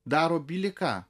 daro bili ką